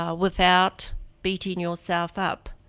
um without beating yourself up.